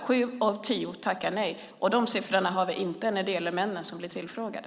Sju av tio tackar nej, och de siffrorna har vi inte när det gäller de män som blir tillfrågade.